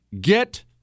Get